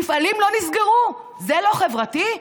מפעלים לא נסגרו, זה לא חברתי?